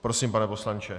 Prosím, pane poslanče.